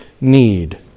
need